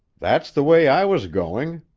that's the way i was going,